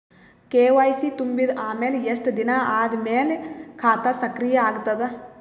KYC ತುಂಬಿದ ಅಮೆಲ ಎಷ್ಟ ದಿನ ಆದ ಮೇಲ ಖಾತಾ ಸಕ್ರಿಯ ಅಗತದ?